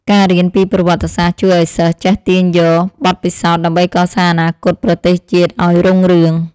ការរៀនពីប្រវត្តិសាស្ត្រជួយឱ្យសិស្សចេះទាញយកបទពិសោធន៍ដើម្បីកសាងអនាគតប្រទេសជាតិឱ្យរុងរឿង។